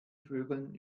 vögeln